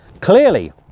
Clearly